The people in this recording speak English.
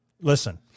listen